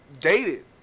dated